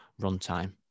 runtime